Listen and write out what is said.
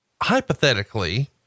Hypothetically